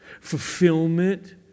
fulfillment